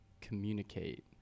communicate